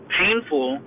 painful